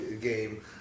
game